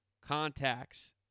contacts